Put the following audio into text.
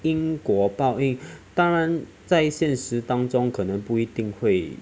因果报应当然在现实当中可能不一定会